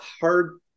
hard